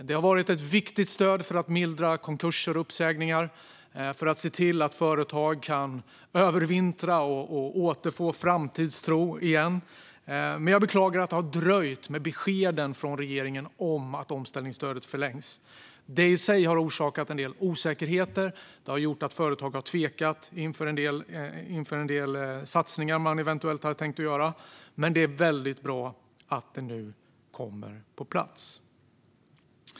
Det har varit ett viktigt stöd för att mildra konkurser och uppsägningar och för att se till att företag kan övervintra och återfå framtidstro igen. Men jag beklagar att det har dröjt med beskeden från regeringen om att omställningsstödet förlängs. Det i sig har orsakat en del osäkerheter. Det har gjort att företag har tvekat inför en del satsningar som de eventuellt hade tänkt att göra. Men det är väldigt bra att det nu kommer på plats.